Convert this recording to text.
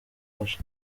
waje